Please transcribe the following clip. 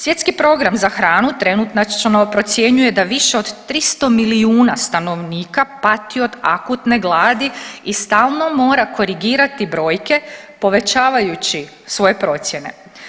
Svjetski program za hranu trenutačno procjenjuje da više od 300 milijuna stanovnika pati od akutne gladi i stalno mora korigirati brojke povećavajući svoje procjene.